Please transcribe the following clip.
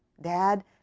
Dad